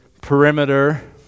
perimeter